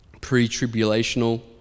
pre-tribulational